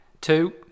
Two